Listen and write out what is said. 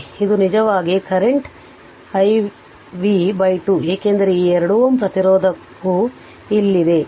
ಆದ್ದರಿಂದ ಇದು ನಿಜವಾಗಿ ಕರೆಂಟ್ i y v 2 ಏಕೆಂದರೆ ಈ 2 Ω ಪ್ರತಿರೋಧವು ಇಲ್ಲಿದೆ